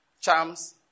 charms